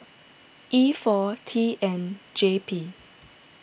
E four T N J P